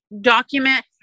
document